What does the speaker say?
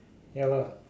ya lah